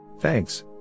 Thanks